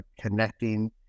connecting